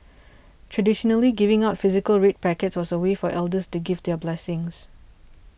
traditionally giving out physical red packets was a way for elders to give their blessings